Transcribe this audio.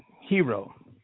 hero